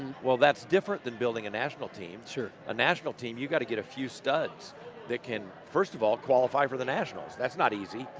well, that's different than building a national team. a national team you've got to get a few studs that can, first of all, qualify for the nationals, that's not easy,